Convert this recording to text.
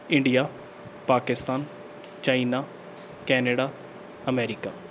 India Pakistan China Canada America